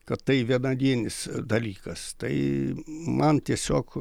kad tai vienadienis dalykas tai man tiesiog